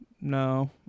no